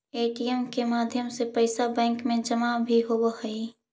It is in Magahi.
ए.टी.एम के माध्यम से पैइसा बैंक में जमा भी होवऽ हइ